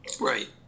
Right